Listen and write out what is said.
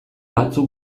batzuk